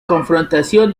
confrontación